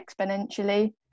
exponentially